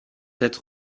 être